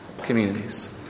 communities